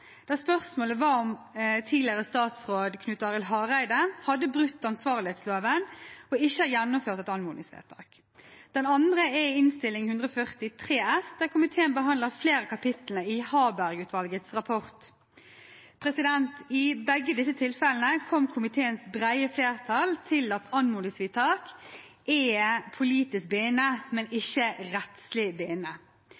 der spørsmålet var om tidligere statsråd Knut Arild Hareide hadde brutt ansvarlighetsloven ved ikke å gjennomføre et anmodningsvedtak. Den andre er Innst. 143 S for 2021–2022, der komiteen behandlet flere av kapitlene i Harberg-utvalgets rapport. I begge disse tilfellene kom komiteens brede flertall til at anmodningsvedtak er politisk bindende, men